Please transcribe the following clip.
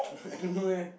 I don't know eh